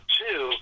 two